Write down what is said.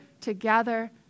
together